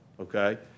okay